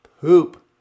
Poop